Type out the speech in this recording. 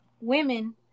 women